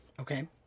Okay